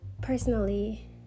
personally